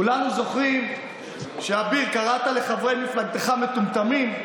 כולנו זוכרים, אביר, שקראת לחברי מפלגתך מטומטמים,